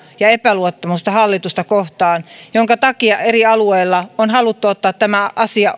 ja epäluottamusta hallitusta kohtaan minkä takia eri alueilla on haluttu ottaa tämä asia